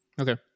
okay